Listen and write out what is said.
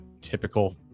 typical